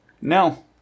No